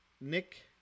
Nick